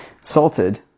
Salted